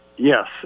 Yes